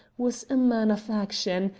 was a man of action,